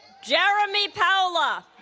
jeremy paula